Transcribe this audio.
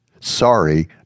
Sorry